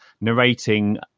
narrating